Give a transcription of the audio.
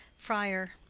friar.